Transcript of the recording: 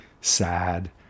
sad